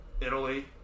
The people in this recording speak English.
Italy